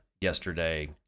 yesterday